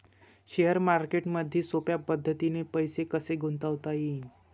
Share मार्केटमधी सोप्या पद्धतीने पैसे कसे गुंतवता येईन?